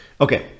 Okay